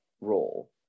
role